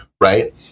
right